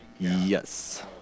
Yes